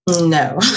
No